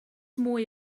mwy